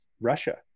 Russia